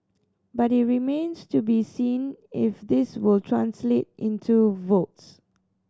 but it remains to be seen if this will translate into votes